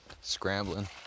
scrambling